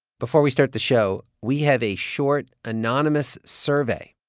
before we start the show, we have a short, anonymous survey.